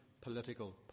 political